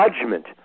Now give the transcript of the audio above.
judgment